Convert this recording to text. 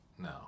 No